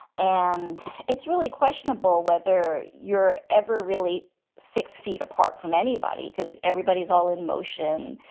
and it's really questionable whether you're ever really six feet apart from anybody because everybody is all in motion.